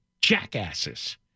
jackasses